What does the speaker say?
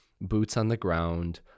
boots-on-the-ground